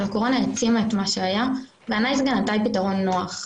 אבל הקורונה העצימה את מה שהיה וה'נייס גאי' נתן פתרון נוח.